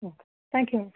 okay thank you